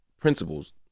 principles